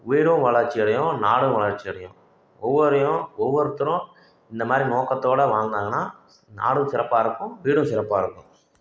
வீடும் வளர்ச்சி அடையும் நாடும் வளர்ச்சி அடையும் ஒவ்வொரையும் ஒவ்வொருத்தரும் இந்த மாதிரி நோக்கத்தோடு வாங்கின்னாங்கன்னா நாடும் சிறப்பாக இருக்கும் வீடும் சிறப்பாக இருக்கும்